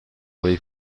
võib